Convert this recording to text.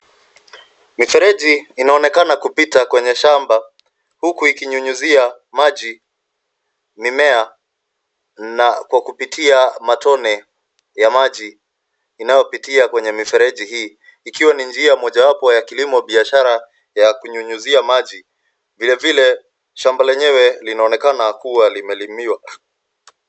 Mifereji inaonekana kupita kwenye shamba huku ikinyunyizia maji mimea na kwa kupitia matone ya maji inayopitia kwenye mifereji hii. Ikiwa ni njia mojawapo ya kilimo biashara ya kunyunyizia maji. Vile vile shamba lenyewe linaonekana kuwa limelimiwa.